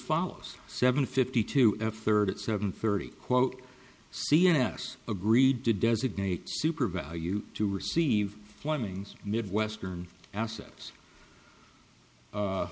follows seven fifty two third at seven thirty quote cns agreed to designate super value to receive fleming's midwestern assets